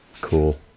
Cool